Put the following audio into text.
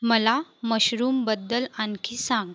मला मशरूमबद्दल आणखी सांग